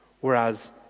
whereas